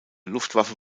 luftwaffe